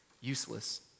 Useless